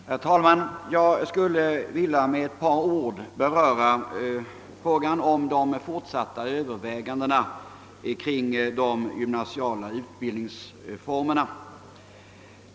Herr talman! Jag skulle vilja med ett par ord beröra frågan om de fortsatta övervägandena kring de gymnasiala utbildningsformerna.